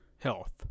health